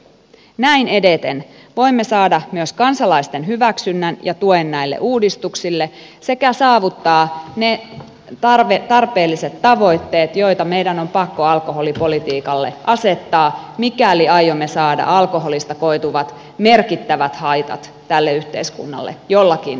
näin edeten voimme saada myös kansalaisten hyväksynnän ja tuen näille uudistuksille sekä saavuttaa ne tarpeelliset tavoitteet joita meidän on pakko alkoholipolitiikalle asettaa mikäli aiomme saada alkoholista koituvat merkittävät haitat tälle yhteiskunnalle jollakin tavalla kuriin